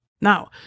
Now